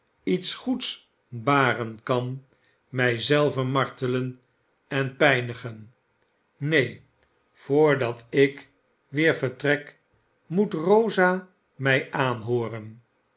iets goeds baren kan mij zelven martelen en pijnigen neen voordat ik weer vertrek moet rosa mij aanhooren